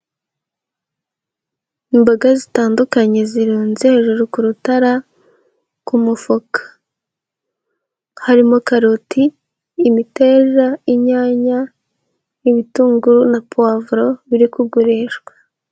Imboga zitandukanye zirunze hejuru ku rutara ku mufuka, harimo karoti, imiteja, inyanya, ibitunguru na puwavuro biri kugurishwa.